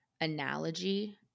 analogy